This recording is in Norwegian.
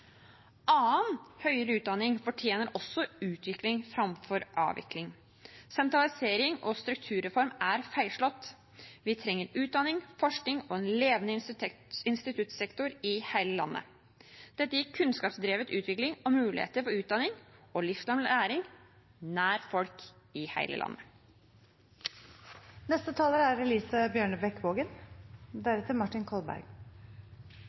Annen høyere utdanning fortjener også utvikling framfor avvikling. Sentralisering og strukturreform er feilslått. Vi trenger utdanning, forskning og en levende instituttsektor i hele landet. Dette gir kunnskapsdrevet utvikling og muligheter for utdanning og livslang læring nær folk i hele